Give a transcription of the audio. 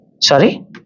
Sorry